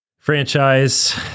franchise